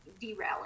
derailing